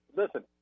listen